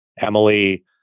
Emily